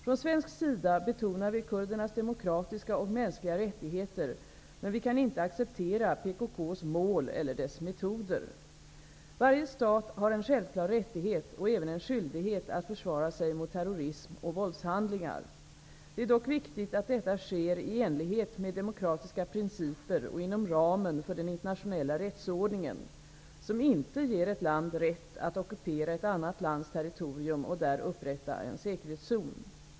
Från svensk sida betonar vi kurdernas demokratiska och mänskliga rättigheter, men vi kan inte acceptera PKK:s mål eller dess metoder. Varje stat har en självklar rättighet, och även en skyldighet, att försvara sig mot terrorism och våldshandlingar. Det är dock viktigt att detta sker i enlighet med demokratiska principer och inom ramen för den internationella rättsordningen, som inte ger ett land rätt att ockupera ett annat lands territorium och där upprätta en säkerhetszon.